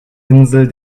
insel